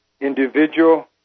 individual